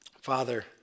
Father